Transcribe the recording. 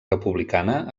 republicana